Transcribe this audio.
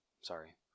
Sorry